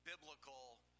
biblical